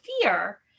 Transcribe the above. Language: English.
fear